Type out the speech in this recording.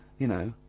you know.